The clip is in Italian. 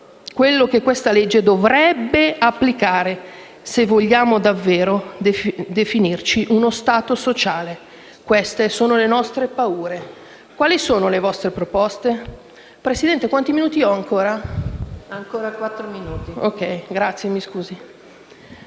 quello che questa legge dovrebbe applicare, se vogliamo davvero definirci uno Stato sociale. Queste sono le nostre paure. Quali sono le vostre proposte? Signora Presidente, quanti minuti ho ancora? PRESIDENTE. Ha ancora quattro minuti.